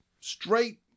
Straight